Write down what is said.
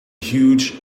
huge